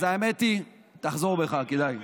אז האמת היא, תחזור בך, כדאי.